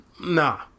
Nah